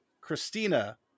Christina